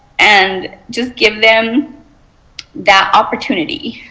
and just give them the opportunity.